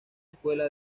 escuela